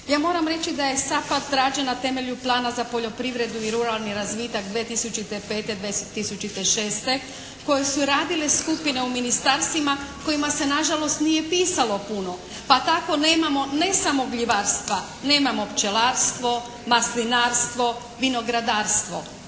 Ja moram reći da je SAPARD rađen na temelju plana za poljoprivredu i ruralni razvitak 2005.-2010. koji su radile skupine u ministarstvima kojima se nažalost nije pisalo puno. Pa tako nemamo ne samo gljivarstva, nemamo pčelarstvo, maslinarstvo, vinogradarstvo.